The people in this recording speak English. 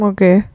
Okay